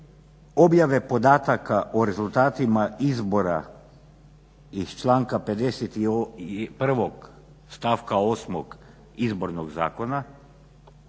objave podataka o rezultatima izbora iz članka 51. stavka 8. Izbornog zakona